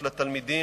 של התלמידים,